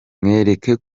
mwereke